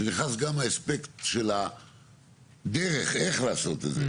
שנכנס גם האספקט של הדרך איך לעשות את זה.